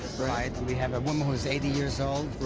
right, and we have a woman who's eighty years old.